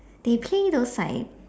they play those like